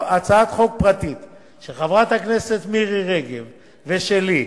הצעת חוק פרטית של חברת הכנסת מירי רגב ושלי.